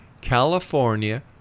California